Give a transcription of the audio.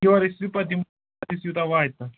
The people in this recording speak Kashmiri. یور ٲسِو پَتہٕ اَسہِ یوٗتاہ واتہِ تَتھ